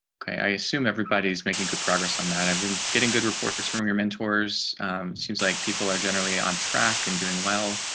okay, i assume, everybody's making good progress on that i've been getting good reports from your mentors seems like people are generally on track and doing well.